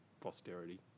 posterity